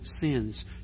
sins